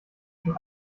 schon